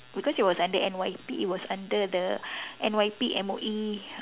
because it was under N_Y_P it was under the N_Y_P M_O_E